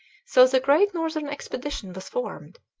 so the great northern expedition was formed,